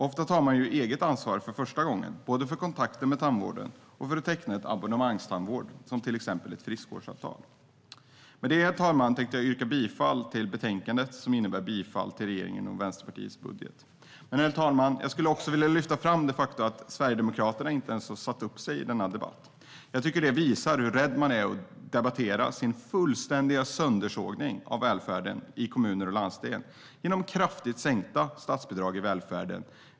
Ofta tar man eget ansvar för första gången både när det gäller kontakt med tandvården och att teckna abonnemangstandvård som till exempel ett frisktandvårdsavtal. Med det, herr talman, vill jag yrka bifall till förslaget i betänkandet, vilket innebär bifall till regeringens och Vänsterpartiets budget. Herr talman! Jag vill också lyfta fram det faktum att Sverigedemokraterna inte ens har satt upp sig på talarlistan för denna debatt. Jag tycker att det visar hur rädd man är för att debattera sin fullständiga söndersågning av välfärden i kommuner och landsting genom kraftigt sänkta statsbidrag till välfärden.